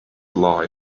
lie